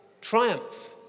triumph